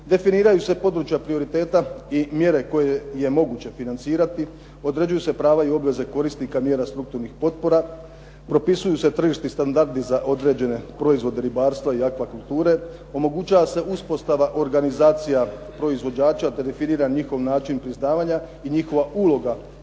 definiraju se područja prioriteta i mjere koje je moguće financirati, određuju se prava i obveze korisnika mjera strukturnih potpora, propisuju se tržišni standardi za određene proizvode ribarstva i aqua kulture, omogućava se uspostava organizacija proizvođača, te definira njihov način priznavanja i njihova uloga